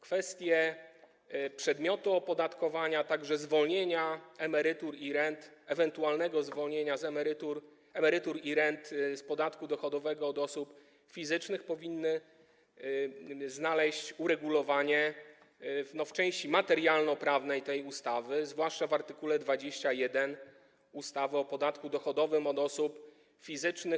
Kwestie przedmiotu opodatkowania, a także zwolnienia emerytur i rent, ewentualnego zwolnienia emerytur i rent od podatku dochodowego od osób fizycznych powinny znaleźć uregulowanie w części materialno-prawnej tej ustawy, zwłaszcza w art. 21 ustawy o podatku dochodowym od osób fizycznych.